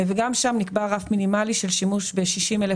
וגם שם נקבע רף מינימלי של שימוש ב-60,000